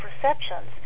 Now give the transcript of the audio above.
perceptions